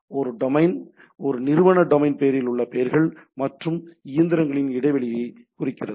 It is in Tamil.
ஒரு டொமைன் ஒரு நிறுவன டொமைன் பெயரில் உள்ள பெயர்கள் மற்றும் இயந்திரங்களின் இடைவெளியைக் குறிக்கிறது